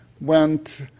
went